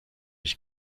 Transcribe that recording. ich